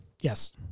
Yes